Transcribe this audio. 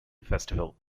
festival